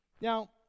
Now